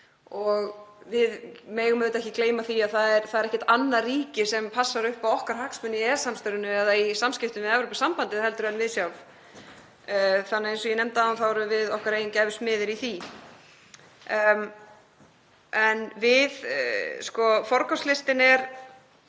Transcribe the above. Við megum auðvitað ekki gleyma því að það er ekkert annað ríki sem passar upp á okkar hagsmuni í EES-samstarfinu eða í samskiptum við Evrópusambandið heldur en við sjálf. Eins og ég nefndi áðan erum við okkar eigin gæfu smiðir í því. Við erum með teymi í